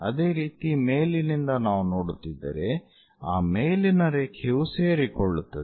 ಅದೇ ರೀತಿ ಮೇಲಿನಿಂದ ನಾವು ನೋಡುತ್ತಿದ್ದರೆ ಆ ಮೇಲಿನ ರೇಖೆಯು ಸೇರಿಕೊಳ್ಳುತ್ತದೆ